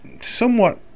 somewhat